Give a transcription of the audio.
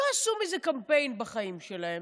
לא עשו מזה קמפיין בחיים שלהם.